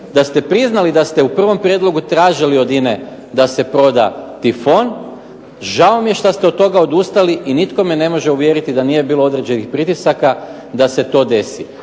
da ste priznali da ste u prvom prijedlogu tražili od INA-e da se proda Tifon, žao mi je šta ste od toga odustali i nitko me ne može uvjeriti da nije bilo određenih pritisaka da se to desi.